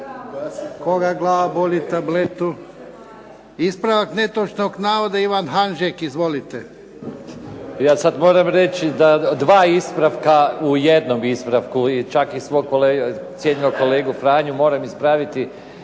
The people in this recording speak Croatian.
Koga glava boli, tabletu. Ispravak netočnog navoda Ivan Hanžek. Izvolite. **Hanžek, Ivan (SDP)** Ja sada moram reći da sada dva ispravka u jednom ispravku i čak i svog cijenjenog kolegu Franju moram ispraviti,